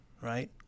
right